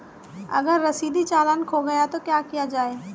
अगर रसीदी चालान खो गया तो क्या किया जाए?